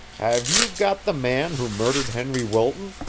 have you got the man who murdered henry wilton?